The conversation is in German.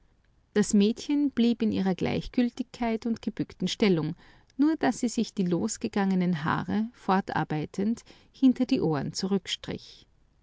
das mädchen blieb in ihrer gleichgültigkeit und gebückten stellung nur daß sie sich die losgegangenen haare fortarbeitend hinter die ohren